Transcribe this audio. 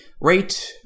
rate